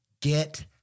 get